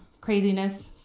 craziness